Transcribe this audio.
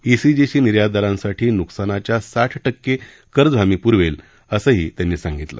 ECGC निर्यादारांसाठी न्कसानाच्या साठ टक्के कर्ज हमी प्रवेल असंही त्यांनी सांगितलं